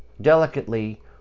delicately